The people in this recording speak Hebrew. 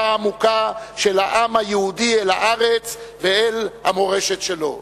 העמוקה של העם היהודי אל הארץ ואל המורשת שלו.